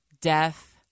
death